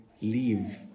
leave